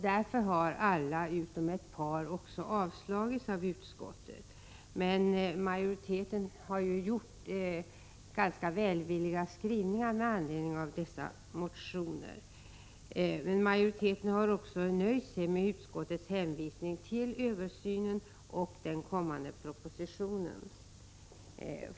Därför har alla motioner utom ett par avstyrkts av utskottet. Utskottsmajoriteten har gjort ganska välvilliga skrivningar med anledning av dessa motioner. Utskottsmajoriteten har också nöjt sig med utskottets hänvisning till översynen och den kommande propositionen.